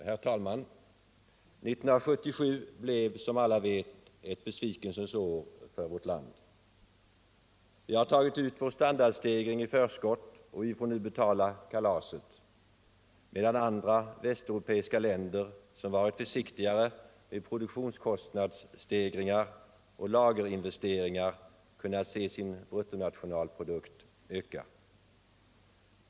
Herr talman! 1977 blev som alla vet ett besvikelsens år för vårt land. Vi har tagit ut vår standardstegring i förskott, och vi får nu betala kalaset, medan andra västeuropeiska länder, som varit försiktigare med produktionskostnadsstegringar och lagerinvesteringar, kunnat se sin bruttonationalprodukt öka.